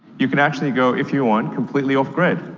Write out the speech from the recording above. you can actually go, if you want, completely off-grid.